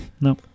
No